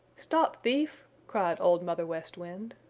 stop thief! cried old mother west wind.